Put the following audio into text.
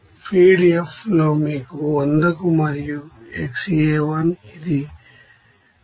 feed F లో మీకు 100 మరియు xA1ఇది 0